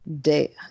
Day